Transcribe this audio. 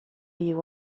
you